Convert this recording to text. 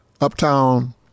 Uptown